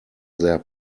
their